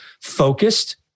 focused